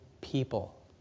people